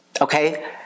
Okay